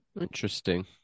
Interesting